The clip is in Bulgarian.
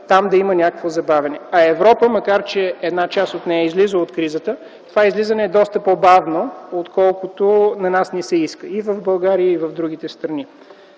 може да има някакво забавяне. За Европа, макар че една част от нея излиза от кризата, това излизане е доста по-бавно, отколкото на нас ни се иска – и в България, и в другите страни.